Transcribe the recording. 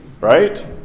right